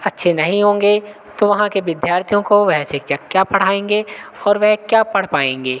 अच्छे नहीं होंगे तो वहाँ के विद्यार्थियों को वे शिक्षक क्या पढ़ाएँगे और वे क्या पढ़ पाएँगे